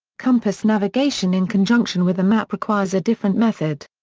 compass navigation in conjunction with a map requires a different method.